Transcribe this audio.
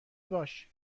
باش